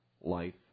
life